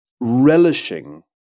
relishing